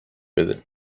بده